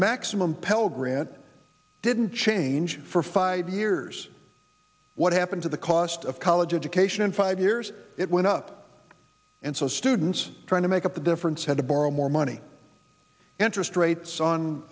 grant didn't change for five years what happened to the cost of college education in five years it went up and so students trying to make up the difference had to borrow more money interest rates on